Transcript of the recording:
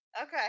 Okay